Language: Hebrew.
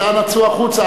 אז אנא צאו החוצה,